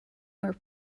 work